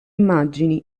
immagini